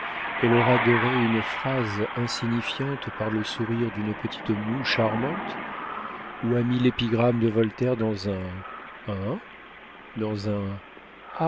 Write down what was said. elle aura doré une phrase insignifiante par le sourire d'une petite moue charmante ou aura mis l'épigramme de voltaire dans un hein dans un